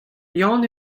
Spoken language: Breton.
yann